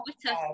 Twitter